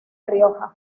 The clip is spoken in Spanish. rioja